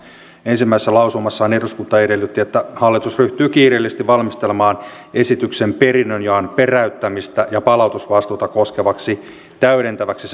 ensimmäisessä lausumassaan eduskunta edellytti että hallitus ryhtyy kiireellisesti valmistelemaan esityksen perinnönjaon peräyttämistä ja palautusvastuuta koskevaksi täydentäväksi